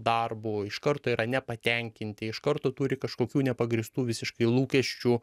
darbu iš karto yra nepatenkinti iš karto turi kažkokių nepagrįstų visiškai lūkesčių